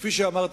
כפי שאמרתי,